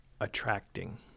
attracting